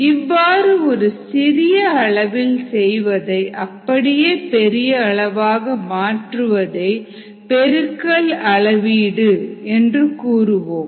இவ்வாறு ஒரு சிறிய அளவில் செய்வதை அப்படியே பெரிய அளவாக மாற்றுவதை பெருக்கல் அளவீடு என்று கூறுவோம்